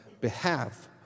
behalf